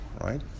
right